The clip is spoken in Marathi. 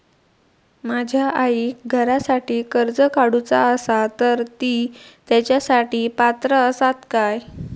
माझ्या आईक घरासाठी कर्ज काढूचा असा तर ती तेच्यासाठी पात्र असात काय?